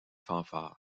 fanfare